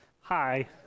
Hi